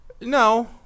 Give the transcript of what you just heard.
No